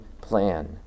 plan